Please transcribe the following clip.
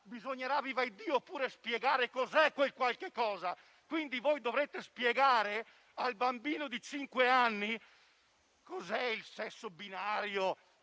bisognerà pure spiegare cosa è quel qualcosa. Quindi voi dovrete spiegare al bambino di cinque anni cosa è il sesso binario,